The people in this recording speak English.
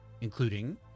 including